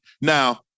Now